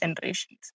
generations